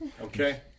Okay